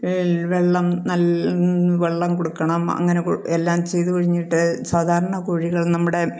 വെള്ളം നല്ല വെള്ളം കൊടുക്കണം അങ്ങനെ എല്ലാം ചെയ്തു കഴിഞ്ഞിട്ട് സാധാരണ കോഴികൾ നമ്മുടെ